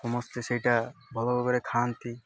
ସମସ୍ତେ ସେଇଟା ଭଲ ଭାବରେ ଖାଆନ୍ତି